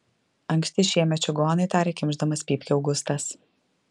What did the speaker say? anksti šiemet čigonai tarė kimšdamas pypkę augustas